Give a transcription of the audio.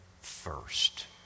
first